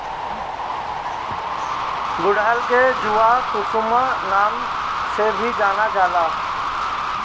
गुड़हल के जवाकुसुम नाम से भी जानल जाला